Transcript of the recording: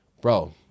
bro